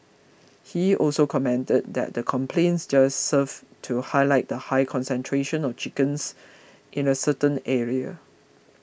he also commented that the complaints just served to highlight the high concentration of chickens in a certain area